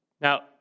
Now